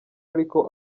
ariko